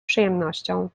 przyjemnością